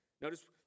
Notice